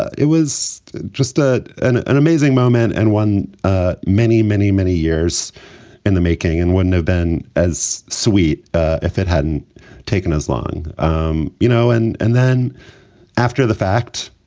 it was just ah an an amazing moment and won ah many, many, many years in the making and wouldn't have been as sweet if it hadn't taken as long. um you know, and and then after the fact,